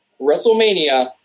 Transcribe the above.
WrestleMania